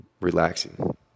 relaxing